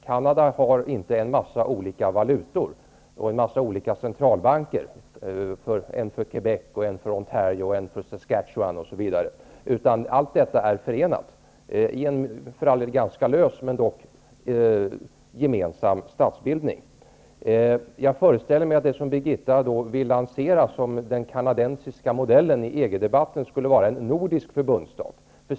Canada har inte en massa olika valutor och en massa olika centralbanker -- en för Quebeck, en för Ontario, en för Sasketchewan, osv. Allt detta är förenat i en för all del ganska lös men ändå gemensam statsbildning. Jag föreställer mig att det som Birgitta Hambraeus vill lansera som den kanadensiska modellen i EG debatten skulle vara en nordisk förbundsstat.